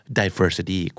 diversity